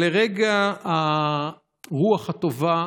לרגע הרוח הטובה,